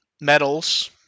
medals